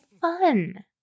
fun